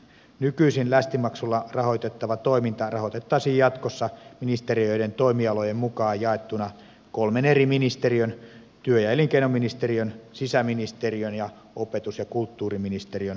nykyisin lästimaksulla rahoitettava toiminta rahoitettaisiin jatkossa ministeriöiden toimialojen mukaan jaettuna kolmen eri ministeriön työ ja elinkeinoministeriön sisäministeriön ja opetus ja kulttuuriministeriön pääluokista